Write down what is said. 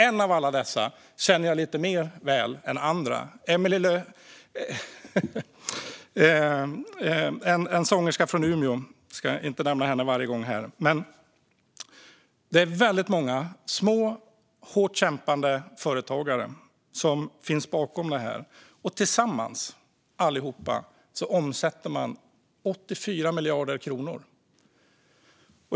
En av alla dessa känner jag lite mer väl än andra, en sångerska från Umeå. Jag ska inte nämna henne varje gång här. Det är väldigt många små, hårt kämpande företagare som finns bakom detta. Tillsammans, allihop, omsätter de 84 miljarder kronor.